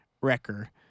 Wrecker